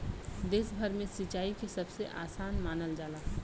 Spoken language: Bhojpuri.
देश भर में सिंचाई के सबसे आसान मानल जाला